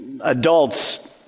adults